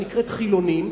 שנקראת חילונים,